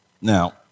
now